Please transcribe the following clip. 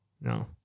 no